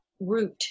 root